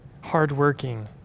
hardworking